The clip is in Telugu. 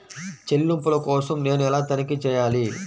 చెల్లింపుల కోసం నేను ఎలా తనిఖీ చేయాలి?